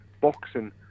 boxing